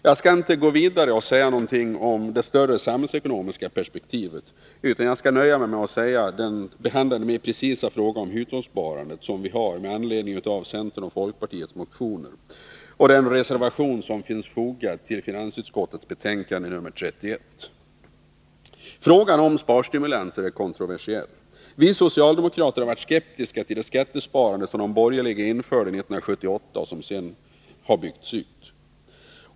Jag skall inte gå vidare och ta upp frågan ur det större samhällsekonomiska perspektivet utan nöja mig med att behandla den något mer precisa frågan om hushållssparandet med anledning av centerns och folkpartiets motioner och den reservation som finns fogad till finansutskottets betänkande 31. Frågan om sparstimulanser är kontroversiell. Vi socialdemokrater har varit skeptiska till det skattesparande som de borgerliga införde 1978 och som sedan byggts ut.